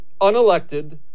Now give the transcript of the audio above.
unelected